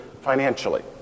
financially